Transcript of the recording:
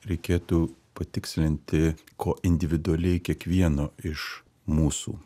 reikėtų patikslinti ko individualiai kiekvieno iš mūsų